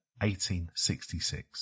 1866